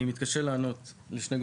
אני מתקשה לענות לשני גורמים.